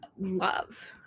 love